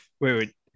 Wait